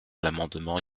l’amendement